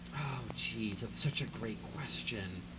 oh, jeez, that's such a great question.